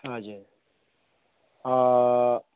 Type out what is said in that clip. हजुर अँ